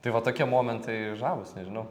tai va tokie momentai žavūs nežinau